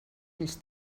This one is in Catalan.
ulls